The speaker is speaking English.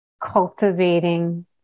cultivating